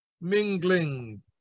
mingling